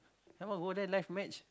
some more go there live match